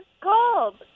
called